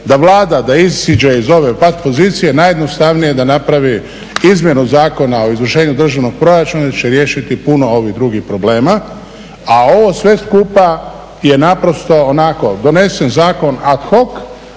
da Vlada da iziđe iz ove pat pozicije najjednostavnije da napravi Izmjenu zakona o izvršenju državnog proračuna će riješiti puno ovih drugih problema. A ovo sve skupa je naprosto onako donesen zakon at hoc